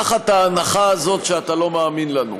תחת ההנחה הזאת שאתה לא מאמין לנו: